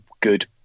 good